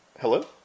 Hello